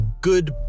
good